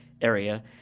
area